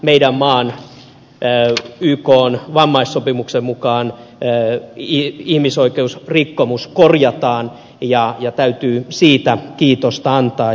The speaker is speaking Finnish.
nyt tämä meidän maamme ykn vammaissopimuksen vastainen ihmisoikeusrikkomus korjataan ja täytyy siitä kiitosta antaa